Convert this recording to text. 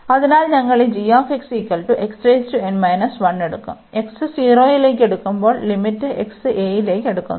അതിനാൽ ഞങ്ങൾ ഈ എടുക്കും x 0 ലേക്ക് അടുക്കുമ്പോൾ ലിമിറ്റ് x a ലേക്ക് അടുക്കുന്നു